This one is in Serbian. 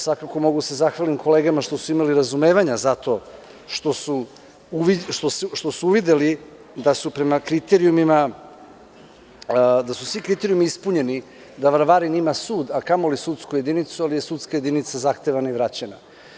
Svakako mogu da se zahvalim kolegama što su imali razumevanja za to što su uvideli da su svi kriterijumi ispunjeni da Varvarin ima sud, a kamo li sudsku jedinicu, ali je sudska jedinica zahtevana i vraćena.